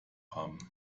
haben